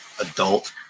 adult